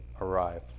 arrive